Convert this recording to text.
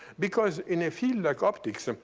because in a field like optics, and